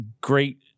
great